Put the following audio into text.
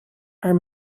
are